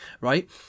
right